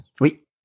Oui